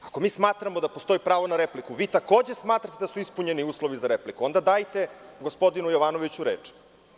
Ako mi smatramo da postoji pravo na repliku, vi takođe smatrate da su ispunjeni uslovi za repliku, onda dajte gospodinu Jovanoviću reč.